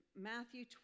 Matthew